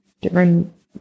different